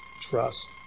trust